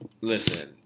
listen